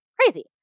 crazy